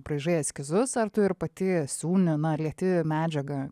braižai eskizus ar tu ir pati siūni na lieti medžiagą